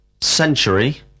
century